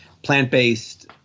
plant-based